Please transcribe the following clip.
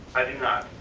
i do not.